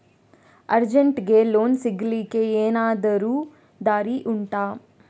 ಅರ್ಜೆಂಟ್ಗೆ ಲೋನ್ ಸಿಗ್ಲಿಕ್ಕೆ ಎನಾದರೂ ದಾರಿ ಉಂಟಾ